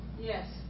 Yes